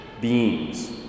beings